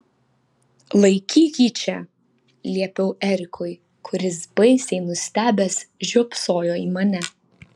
laikyk jį čia liepiau erikui kuris baisiai nustebęs žiopsojo į mane